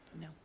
no